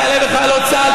חיילי וחיילות צה"ל,